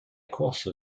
course